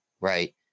right